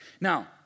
Now